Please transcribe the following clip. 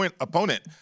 opponent